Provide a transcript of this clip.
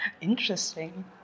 Interesting